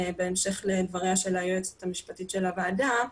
בהמשך לדבריה של היועצת המשפטית של הוועדה,